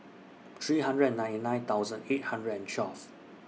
three hundred and ninety nine thousand eight hundred and twelve